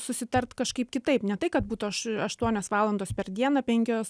susitart kažkaip kitaip ne tai kad būtų aš aštuonios valandos per dieną penkios